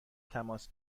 تماس